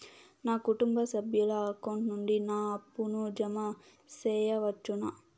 నా కుటుంబ సభ్యుల అకౌంట్ నుండి నా అప్పును జామ సెయవచ్చునా?